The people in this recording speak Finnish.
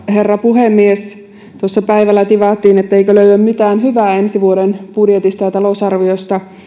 herra puhemies tuossa päivällä tivattiin että eikö löydy mitään hyvää ensi vuoden budjetista ja talousarviosta